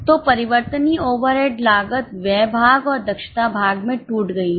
तो परिवर्तनीय ओवरहेड लागत व्यय भाग और दक्षता भाग में टूट गई है